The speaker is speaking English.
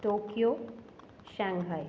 Tokyo Shanghai